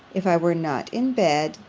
if i were not in bed,